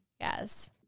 Yes